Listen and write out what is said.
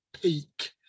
peak